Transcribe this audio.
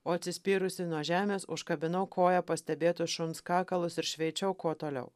o atsispyrusi nuo žemės užkabinau koja pastebėtus šuns kakalus ir šveičiau kuo toliau